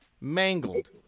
Mangled